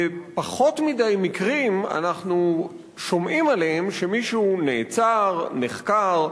ובפחות מדי מקרים אנחנו שומעים שמישהו נעצר, נחקר,